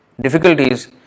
difficulties